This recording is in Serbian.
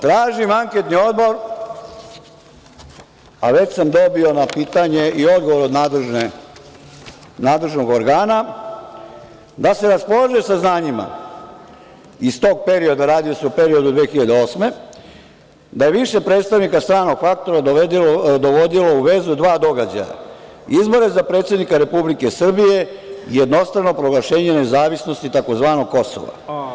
Tražim anketni odbor, a već sam dobio na pitanje i odgovor nadležnog organa, da se raspolaže saznanjima iz tog perioda, radi se o periodu iz 2008. godine, da je više predstavnika stranog faktora dovodilo u vezu dva događaja – izbore za predsednika Republike Srbije i jednostrano proglašenje nezavisnosti tzv. Kosova.